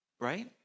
right